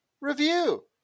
review